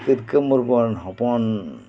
ᱛᱤᱞᱠᱟᱹ ᱢᱩᱨᱢᱩ ᱨᱮᱱ ᱦᱚᱯᱚᱱ